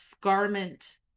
garment